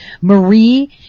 Marie